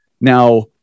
Now